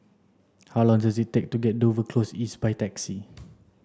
how long does it take to get to Dover Close East by taxi